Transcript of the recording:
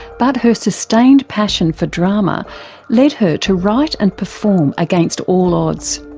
but her sustained passion for drama led her to write and perform against all odds.